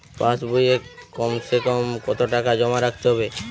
পাশ বইয়ে কমসেকম কত টাকা জমা রাখতে হবে?